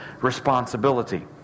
responsibility